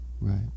Right